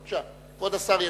בבקשה, כבוד השר ישיב.